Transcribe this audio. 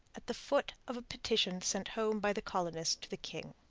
at the foot of a petition sent home by the colonists to the king.